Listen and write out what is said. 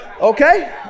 okay